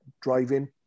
driving